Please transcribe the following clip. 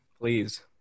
Please